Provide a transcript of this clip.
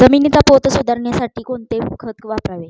जमिनीचा पोत सुधारण्यासाठी कोणते खत वापरावे?